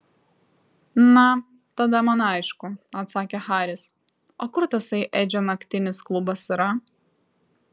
na tada man aišku atsakė haris o kur tasai edžio naktinis klubas yra